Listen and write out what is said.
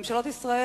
ממשלות ישראל